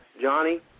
Johnny